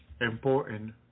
important